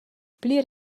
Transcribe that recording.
pli